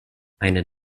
eine